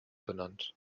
benannt